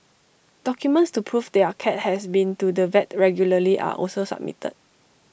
documents to prove their cat has been to the vet regularly are also submitted